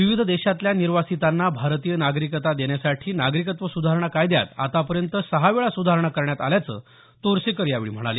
विविध देशातल्या निर्वासितांना भारतीय नागरिकता देण्यासाठी नागरिकत्व सुधारणा कायद्यात आतापर्यंत सहा वेळा सुधारणा करण्यात आल्याचं तोरसेकर यावेळी म्हणाले